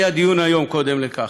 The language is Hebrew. היום, קודם לכן,